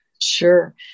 Sure